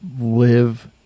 live